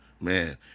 Man